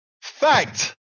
fact